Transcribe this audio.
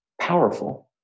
powerful